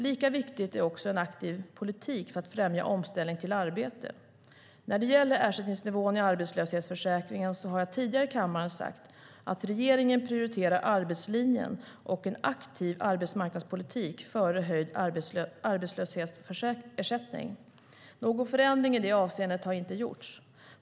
Lika viktig är en aktiv politik för att främja omställning till arbete. När det gäller ersättningsnivån i arbetslöshetsförsäkringen har jag tidigare i kammaren sagt att regeringen prioriterar arbetslinjen och en aktiv arbetsmarknadspolitik före höjd arbetslöshetsersättning. Någon förändring i det avseendet har inte gjorts.